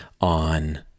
on